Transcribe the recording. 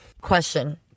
Question